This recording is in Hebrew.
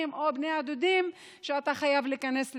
או בני הדודים: "אתה חייב להיכנס לבידוד".